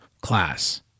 Class